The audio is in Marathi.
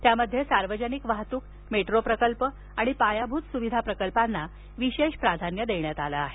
त्यामध्ये सार्वजनिक वाहतूक मेट्रो प्रकल्प आणि पायाभूत स्विधा प्रकल्पांना विशेष प्राधान्य देण्यात आलं आहे